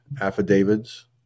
affidavits